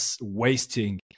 wasting